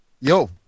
Yo